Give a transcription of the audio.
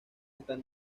están